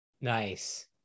Nice